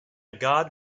god